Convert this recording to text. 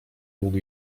mógł